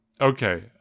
Okay